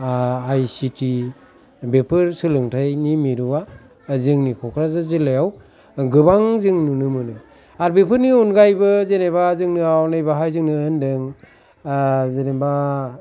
आइ C T बेफोर सोलोंथायनि मिरुआ जोंनि क'क्राझार जिल्लाआव गोबां जों नुनो मोनो आरो बेफोरनि अनगायैबो जेनोबा जोंनाव नैबाहाय जोङो होनदों जेनोबा